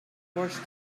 worst